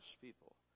people